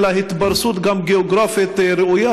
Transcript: אלא גם התפרסות גיאוגרפית ראויה.